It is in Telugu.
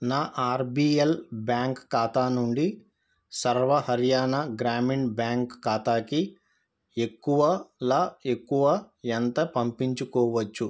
నా ఆర్బిఎల్ బ్యాంక్ ఖాతానుండి సర్వ హర్యానా గ్రామీణ బ్యాంక్ ఖాతాకి ఎక్కువ ల ఎక్కువ ఎంత పంపించుకోవచ్చు